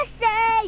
say